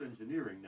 engineering